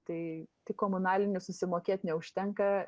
tai tik komunalinių susimokėt neužtenka